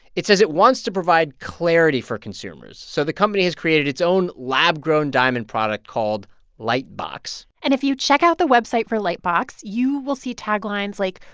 it says it wants to provide clarity for consumers. so the company has created its own lab-grown diamond product called lightbox lightbox and if you check out the website for lightbox, you will see taglines like,